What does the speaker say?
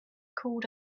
called